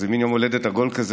אז זה מין יום הולדת עגול כזה,